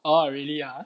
orh really ah